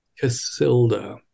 Casilda